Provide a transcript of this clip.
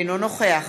אינו נוכח